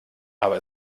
aber